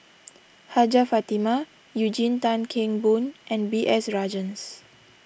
Hajjah Fatimah Eugene Tan Kheng Boon and B S Rajhans